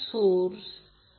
2o मिळेल 240 221